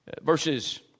Verses